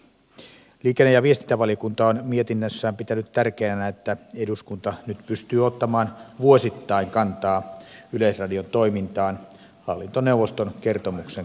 liikenne ja viestintävaliokunta on mietinnössään pitänyt tärkeänä että eduskunta nyt pystyy ottamaan vuosittain kantaa yleisradion toimintaan hallintoneuvoston kertomuksen kautta